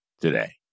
today